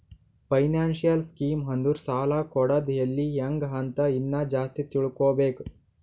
financial scheme ಅಂದುರ್ ಸಾಲ ಕೊಡದ್ ಎಲ್ಲಿ ಹ್ಯಾಂಗ್ ಅಂತ ಇನ್ನಾ ಜಾಸ್ತಿ ತಿಳ್ಕೋಬೇಕು